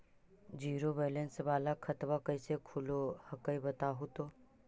Zero balance वाला खतवा कैसे खुलो हकाई बताहो तो?